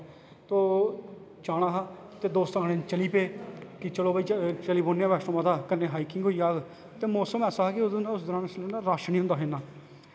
ओह् जाना हा ते दोस्तें नै चली पे कि चलो भाई चली पौन्ने आं बैष्णो माता कन्नै हाईकिंग होई जाह्ग ते मोसम ऐसा हा कि उस दरान रश नेईं हा होंदा इन्ना